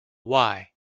why